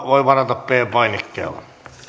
voi varata p painikkeella